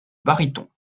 baryton